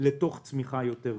לתוך צמיחה יותר גדולה.